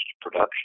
production